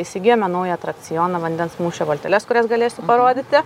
įsigijome naują atrakcioną vandens mūšio valteles kurias galėsiu parodyti